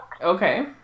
Okay